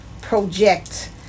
project